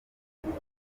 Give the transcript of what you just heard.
mpora